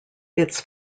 its